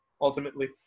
ultimately